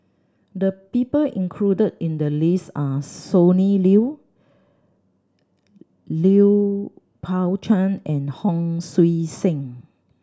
the people included in the list are Sonny Liew Lui Pao Chuen and Hon Sui Sen